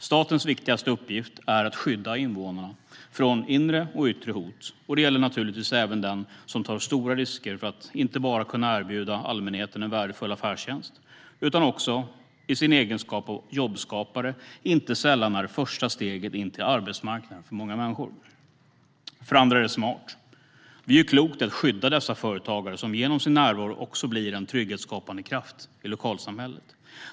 Statens viktigaste uppgift är att skydda invånarna från inre och yttre hot, och det gäller naturligtvis även den företagare som tar stora risker för att inte bara kunna erbjuda allmänheten en värdefull affärstjänst utan också i sin egenskap av jobbskapare inte sällan är första steget in till arbetsmarknaden för många människor. För det andra är det smart. Vi gör klokt i att skydda dessa företagare, som genom sin närvaro också blir en trygghetsskapande kraft i lokalsamhället.